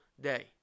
day